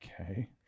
Okay